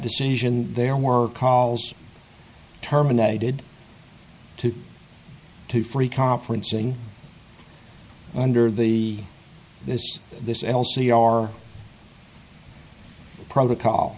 decision there were calls terminated to to free conferencing under the this this l c r protocol